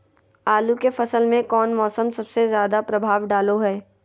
आलू के फसल में कौन मौसम सबसे ज्यादा प्रभाव डालो हय?